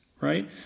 Right